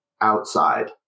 outside